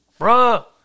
Bruh